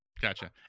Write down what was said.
gotcha